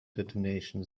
detention